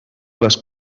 les